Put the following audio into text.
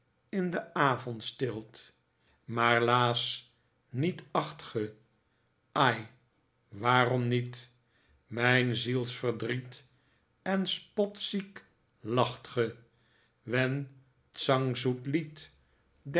in de avondstilt maar laas niet acht ge ai waarom niet mijn zielsverdriet en spotziek lacht ge wen t zangzoet lied